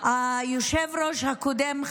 שהיושב-ראש הקודם,